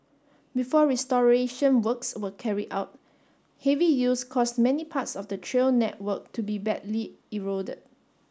before restoration works were carried out heavy use caused many parts of the trail network to be badly eroded